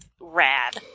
rad